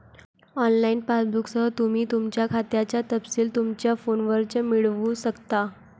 online पासबुकसह, तुम्ही तुमच्या खात्याचे तपशील तुमच्या फोनवरच मिळवू शकता